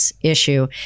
issue